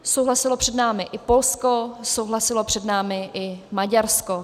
Souhlasilo před námi i Polsko, souhlasilo před námi i Maďarsko.